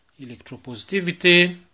electropositivity